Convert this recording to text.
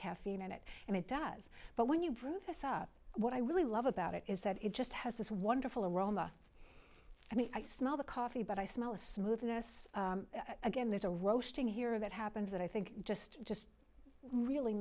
caffeine in it and it does but when you brew this up what i really love about it is that it just has this wonderful aroma and i smell the coffee but i smell a smoothness again there's a roasting here that happens that i think just just really